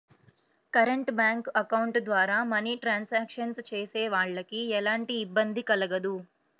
current bank account ద్వారా money transactions చేసేవాళ్ళకి ఎలాంటి ఇబ్బంది కలగదు